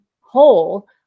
whole